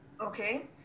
Okay